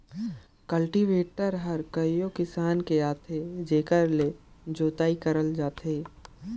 cultivator हर कयो किसम के आथे जेकर ले जोतई करल जाथे